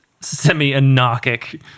semi-anarchic